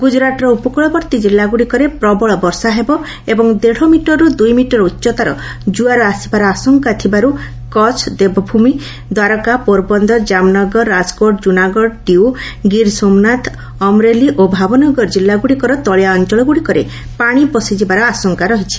ଗୁଜରାଟର ଉପକ୍ୱଳବର୍ତ୍ତୀ ଜିଲ୍ଲାଗ୍ରଡ଼ିକରେ ପ୍ରବଳ ବର୍ଷା ହେବ ଏବଂ ଦେଢ଼ ମିଟରର୍ତ୍ତ ଦୂଇ ମିଟର ଉଚ୍ଚତାର ଜୁଆର ଆସିବାର ଆଶଙ୍କାର ଥିବାର୍ କଛ ଦେବଭୂମି ଦ୍ୱାରକା ପୋରବନ୍ଦର ଜାମ୍ନଗର ରାଜକୋଟ୍ ଜୁନାଗଡ଼ ଡ୍ୟୁ ଗିର୍ସୋମନାଥ ଅମରେଲି ଓ ଭାବନଗର ଜିଲ୍ଲାଗୁଡ଼ିକର ତଳିଆ ଅଞ୍ଚଳଗୁଡ଼ିକରେ ପାଣି ପଶିଯିବାର ଆଶଙ୍କା ରହିଛି